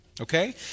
Okay